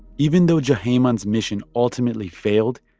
even though juhayman's mission ultimately failed,